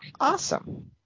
Awesome